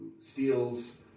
steals